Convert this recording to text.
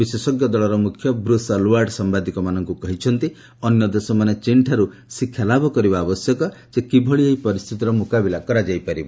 ବିଶେଷଜ୍ଞ ଦଳର ମୁଖ୍ୟ ବ୍ରୁସ୍ ଅଲୱାର୍ଡ ସାମ୍ଘାଦିକମାନଙ୍କୁ କହିଛନ୍ତି ଅନ୍ୟ ଦେଶମାନେ ଚୀନଠାରୁ ଶିକ୍ଷାଲାଭ କରିବା ଆବଶ୍ୟକ ଯେ କିଭଳି ଏହି ପରିସ୍ଥିତିର ମୁକାବିଲା କରାଯାଇ ପାରିବ